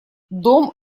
дом